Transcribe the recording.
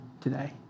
today